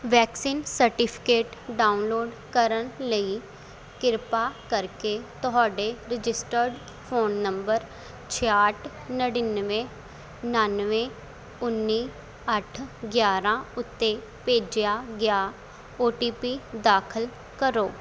vaccine certificate download ਕਰਨ ਲਈ ਕਿਰਪਾ ਕਰਕੇ ਤੁਹਾਡੇ ਰਜਿਸਟਰਡ ਫੋਨ ਨੰਬਰ ਛਿਆਹਠ ਨੜ੍ਹਿਨਵੇਂ ਉਣਾਨਵੇਂ ਉੱਨੀ ਅੱਠ ਗਿਆਰ੍ਹਾਂ ਉੱਤੇ ਭੇਜਿਆ ਗਿਆ ਔ ਟੀ ਪੀ ਦਾਖਲ ਕਰੋ